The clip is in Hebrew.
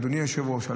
אדוני היושב-ראש,